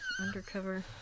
Undercover